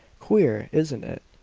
queer, isn't it?